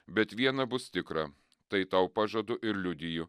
bet viena bus tikra tai tau pažadu ir liudiju